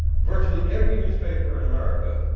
virtually every newspaper in america